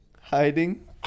hiding